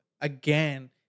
again